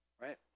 Right